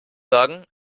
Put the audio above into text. sagen